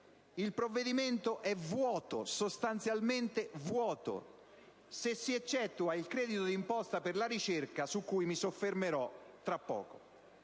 Il provvedimento è sostanzialmente vuoto, se si eccettua il credito d'imposta per la ricerca, su cui mi soffermerò tra breve.